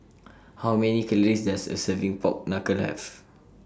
How Many Calories Does A Serving Pork Knuckle Have